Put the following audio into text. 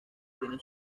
tienen